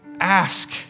ask